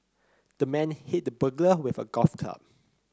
the man hit the burglar with a golf club